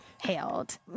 hailed